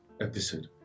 episode